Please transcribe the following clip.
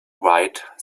write